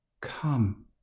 come